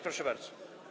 Proszę bardzo.